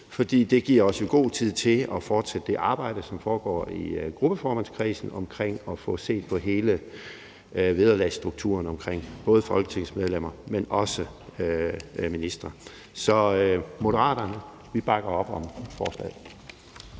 for det giver os jo god tid til at fortsætte det arbejde, som foregår i gruppeformandskredsen omkring at få set på hele vederlagsstrukturen for både folketingsmedlemmer, men også ministre. Så Moderaterne bakker op om forslaget.